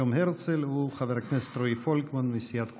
יום הרצל הוא חבר הכנסת רועי פולקמן מסיעת כולנו.